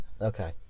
okay